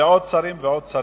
ועוד שרים ועוד שרים.